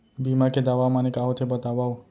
बीमा के दावा माने का होथे बतावव?